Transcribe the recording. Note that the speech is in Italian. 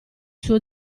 suo